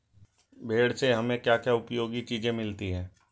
भेड़ से हमें क्या क्या उपयोगी चीजें मिलती हैं?